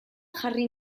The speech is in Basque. jarri